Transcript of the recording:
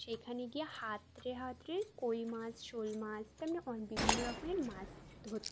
সেখানে গিয়ে হাতড়ে হাতড়ে কই মাছ শোলমাছ তেমরা বিভিন্ন রকমের মাছ ধরতো